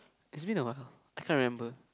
it's been awhile I can't remember